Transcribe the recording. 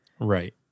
Right